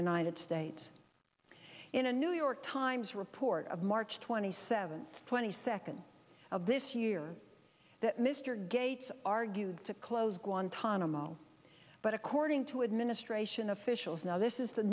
united states in a new york times report of march twenty seventh twenty second of this year that mr gates argued said close guantanamo but according to administration officials now this is the